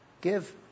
give